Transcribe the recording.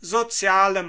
soziale